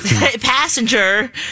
passenger